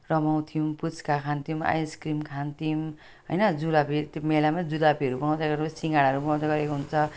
रमाउँथ्यौँ पुच्का खान्थ्यौँ ice cream खान्थ्यौँ होइन जलेबी त्यो मेलामै जलेबीहरू बनाउँदै गरेको सिङगाडाहरू बनाउँदै गरेको हुन्छ